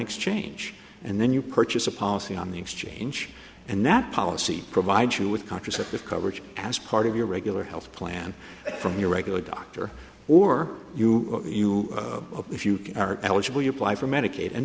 exchange and then you purchase a policy on the exchange and that policy provides you with contraceptive coverage as part of your regular health plan from your regular doctor or you you if you are eligible to apply for medicaid and